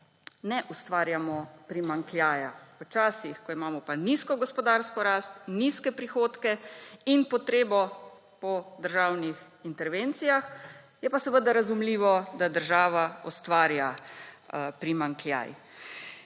ne ustvarjamo primanjkljaja, v časih, ko imamo pa nizko gospodarsko rast, nizke prihodke in potrebo po državnih intervencijah, je pa seveda razumljivo, da država ustvarja primanjkljaj.